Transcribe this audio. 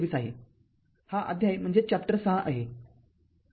२३ आहे हा अध्याय ६ आहे